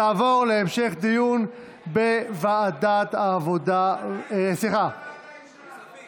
התשפ"ב 2022, לוועדה שתקבע